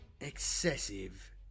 excessive